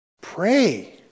Pray